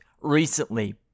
recently